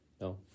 No